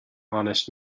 honest